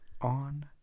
on